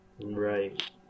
right